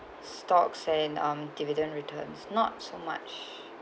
stocks and um dividend returns not so much